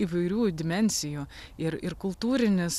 įvairių dimensijų ir ir kultūrinis